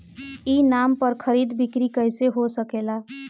ई नाम पर खरीद बिक्री कैसे हो सकेला?